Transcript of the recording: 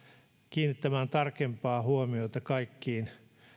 kiinnittämään tarkempaa huomiota kaikkiin